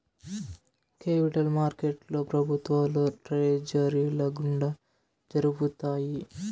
capital మార్కెట్లో ప్రభుత్వాలు ట్రెజరీల గుండా జరుపుతాయి